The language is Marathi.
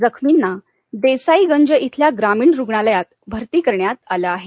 जखमींना देसाईगंज इथल्या ग्रामीण रुग्णालयात भरती करण्यात आले आहे